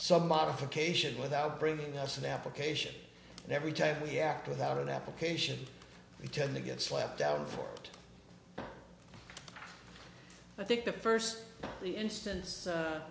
some modifications without bringing us an application and every time we act without an application we tend to get slapped down for it i think the first instance